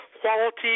quality